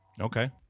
okay